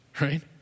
right